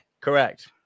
Correct